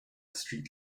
street